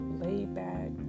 laid-back